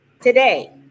today